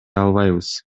албайбыз